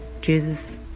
Jesus